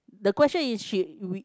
the question is she we